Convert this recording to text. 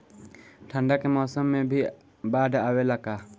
ठंडा के मौसम में भी बाढ़ आवेला का?